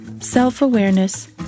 self-awareness